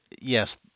yes